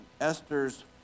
Esther's